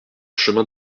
chemin